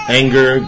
anger